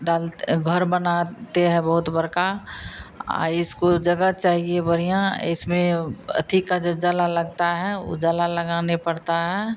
डल घर बनाते हैं बहुत बड़का इसको जगह चाहिए बढ़िया इसमें वो अथि का जो जाल लगता है ऊ जाल लगाना पड़ता है